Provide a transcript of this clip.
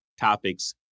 topics